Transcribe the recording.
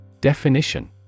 Definition